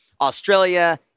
australia